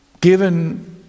given